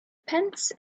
pence